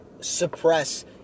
suppress